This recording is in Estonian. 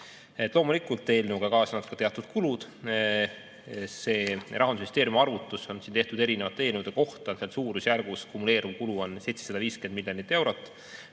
Loomulikult eelnõuga kaasnevad ka teatud kulud. See Rahandusministeeriumi arvutus on tehtud erinevate eelnõude kohta, aga suurusjärgus on kumuleeruv kulu 750 miljonit eurot,